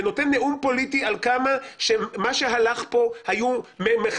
ונותן נאום פוליטי על עד כמה מה שהלך פה היו מחאות